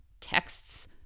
texts